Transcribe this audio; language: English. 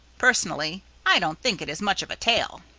personally, i don't think it is much of a tail.